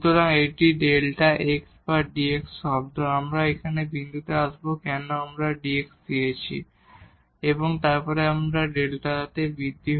সুতরাং এটি Δ x বা dx শব্দ আমরা এই বিন্দুতে আসব কেন আমরা এই dx লিখেছি এবং তারপর এটি Δ y তে বৃদ্ধি